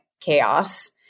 chaos